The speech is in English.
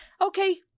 okay